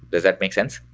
does that make sense?